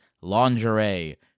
lingerie